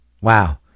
Wow